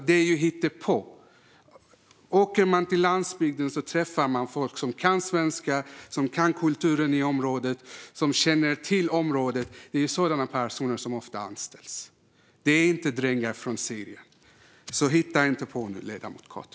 Det är ju hittepå! Åker man till landsbygden träffar man folk som kan svenska, som kan kulturen i området och som känner till området. Det är sådana personer som ofta anställs. Det är inte drängar från Syrien. Hitta inte på nu, ledamoten Cato!